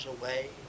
away